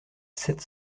sept